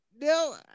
No